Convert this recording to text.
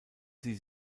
sie